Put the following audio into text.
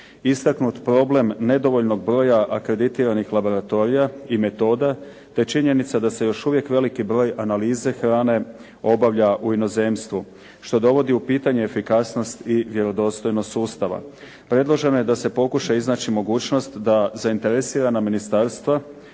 istaknut problem nedovoljnog broja akreditiranih laboratorija i metoda, te činjenica da se još uvijek veliki broj analize hrane obavlja u inozemstvu, što dovodi u pitanje efikasnost i vjerodostojnost sustava. Predloženo je da se pokuša iznaći mogućnost da zainteresirana ministarstva